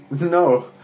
no